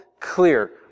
clear